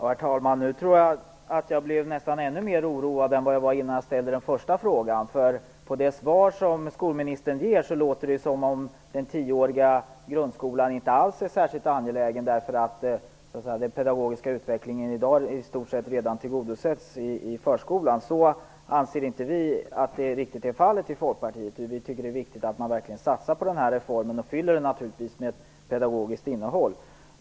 Herr talman! Nu blev jag ännu mer oroad än jag var när jag ställde den första frågan. På skolministerns svar låter det ju som om den tioåriga grundskolan inte alls är särskilt angelägen därför att den pedagogiska utvecklingen i stort sett tillgodoses i förskolan i dag. Vi i Folkpartiet anser inte att så är fallet. Vi tycker att det är viktigt att man satsar på den här reformen och fyller den med pedagogiskt innehåll.